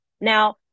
Now